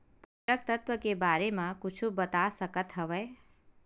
पोषक तत्व के बारे मा कुछु बता सकत हवय?